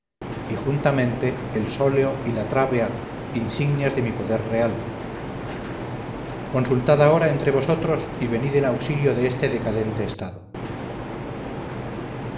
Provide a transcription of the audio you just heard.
y juntamente el solio y la trábea insignias de mi poder real consultad ahora entre vosotros y venid en auxilio de este decadente estado